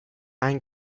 ein